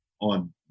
on